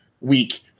week